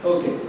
Okay